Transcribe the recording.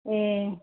ए